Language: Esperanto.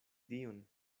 dion